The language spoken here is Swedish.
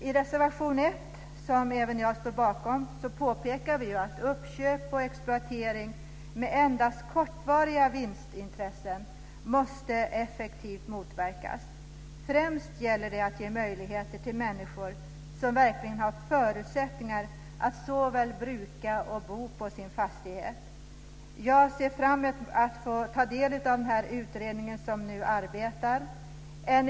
I reservation 1, som även jag står bakom, påpekar vi att uppköp och exploatering med endast kortvariga vinstintressen effektivt måste motverkas. Främst gäller det att ge möjligheter till människor som verkligen har förutsättningar att både bruka och bo på sin fastighet. Jag ser fram emot att få ta del av den utredning som nu arbetar.